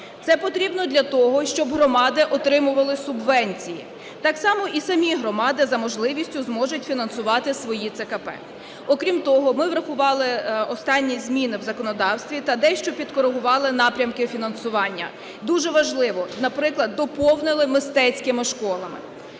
Це потрібно для того, щоб громади отримували субвенції, так само і самі громади за можливістю зможуть фінансувати свої ЦКП. Окрім того, ми врахували останні зміни в законодавстві та дещо підкорегували напрямки фінансування. Дуже важливо, наприклад, доповнили мистецькими школами.